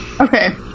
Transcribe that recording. Okay